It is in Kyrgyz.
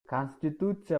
конституция